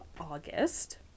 August